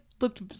looked